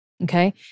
Okay